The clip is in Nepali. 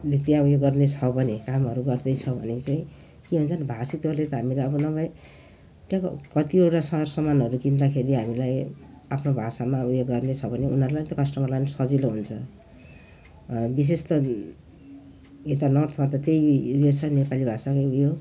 नि त्यहाँ अब यो गर्नेछ भने कामहरू गर्दैछ भने चाहिँ के हुन्छ भने भाषित तौरले त हामीलाई अब नभए त्यहाँको कतिवटा सरसामानहरू किन्दाखेरि हामीलाई आफ्नो भाषामा उयो गर्नेछ भने उनीहरूलाई पनि त कस्टमरलाई पनि सजिलो हुन्छ विशेष त अब यता नर्थमा त्यही लिएको छ नेपाली भाषाकै उयो